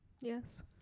Yes